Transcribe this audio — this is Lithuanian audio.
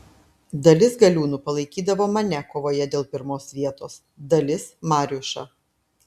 dalis galiūnų palaikydavo mane kovoje dėl pirmos vietos dalis mariušą